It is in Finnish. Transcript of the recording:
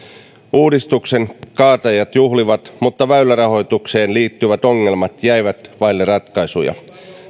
uudistuksen kaatajat juhlivat mutta väylärahoitukseen liittyvät ongelmat jäivät vaille ratkaisuja